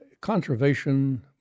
conservation